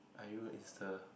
are you Insta